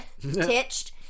titched